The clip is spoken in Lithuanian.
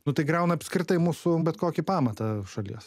nu tai griauna apskritai mūsų bet kokį pamatą šalies